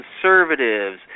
conservatives